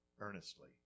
earnestly